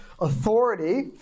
Authority